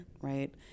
right